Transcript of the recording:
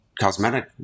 cosmetic